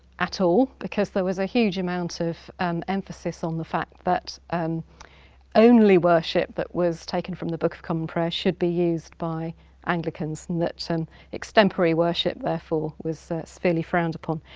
at all, because there was a huge amount of and emphasis on the fact that and only worship that was taken from the book of common prayer should be used by anglicans, and that so and extemporary worship therefore was severely frowned upon.